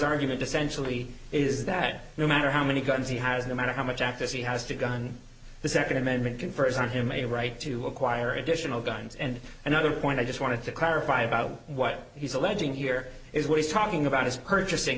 argument essentially is that no matter how many guns he has no matter how much act as he has begun the second amendment confers on him a right to acquire additional guns and another point i just want to clarify about what he's alleging here is what he's talking about is purchasing